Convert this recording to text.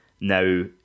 Now